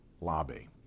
lobby